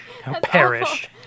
perish